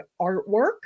artwork